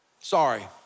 Sorry